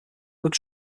was